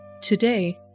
Today